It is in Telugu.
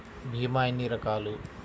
భీమ ఎన్ని రకాలు?